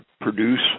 produce